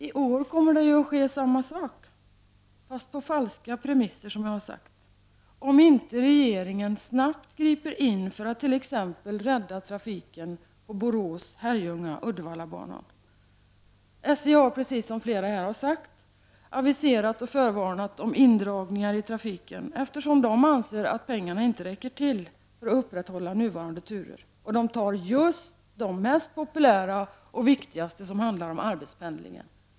I år kommer samma sak att ske, fast på falska premisser, som jag har sagt, om inte regeringen snabbt griper in för att t.ex. rädda trafiken på Borås-Herrljunga-Uddevalla-banan. SJ har, precis som flera här har sagt, förvarnat om indragningar i trafiken, eftersom SJ anser att pengarna inte räcker till att upprätthålla nuvarande turer. Och det är de mest populära och viktigaste turerna som dras in, de som handlar om arbetspendlingen.